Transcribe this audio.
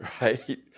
Right